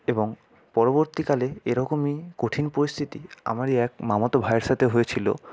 এবং পরবর্তীকালে এরকমই কঠিন পরিস্থিতি আমারই এক মামাতো ভাইয়ের সাথে হয়েছিলো